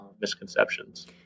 misconceptions